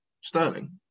Sterling